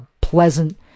pleasant